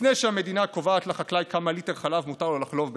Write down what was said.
לפני שהמדינה קובעת לחקלאי כמה ליטר חלב מותר לו לחלוב ביום,